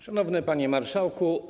Szanowny Panie Marszałku!